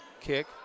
kick